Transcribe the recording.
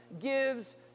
gives